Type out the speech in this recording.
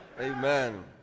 Amen